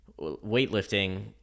weightlifting